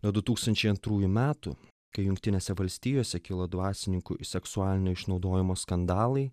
nuo du tūkstančiai antrųjų metų kai jungtinėse valstijose kilo dvasininkų seksualinio išnaudojimo skandalai